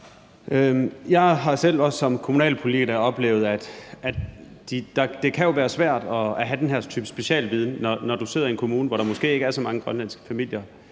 Jeg har også selv som kommunalpolitiker oplevet, at det jo kan være svært at have den her type specialviden, når du sidder i en kommune, hvor der måske ikke er så mange grønlandske familier.